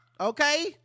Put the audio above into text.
Okay